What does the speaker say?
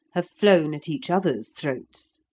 have flown at each other's throats.